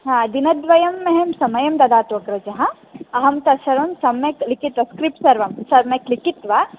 हा दिनद्वयं मह्यं समयं ददातु अग्रज अहं तत्सर्वं सम्यक् लिखित्वा स्क्रिप्ट् सर्वं सम्यक् लिखित्वा